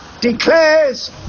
declares